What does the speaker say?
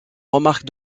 remarque